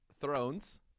Thrones